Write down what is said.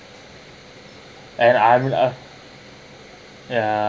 and I'm ah ya